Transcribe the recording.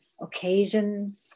occasion